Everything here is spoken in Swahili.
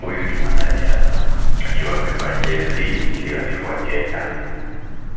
Huyu ni mwanariadha akiwa amevaa jezi iliyoandikwa Kenya